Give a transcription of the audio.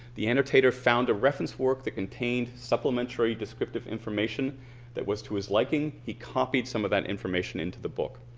the annotator found a reference work that contained supplementary descriptive information that was to his liking. he copied some of that information into the book.